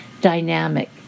dynamic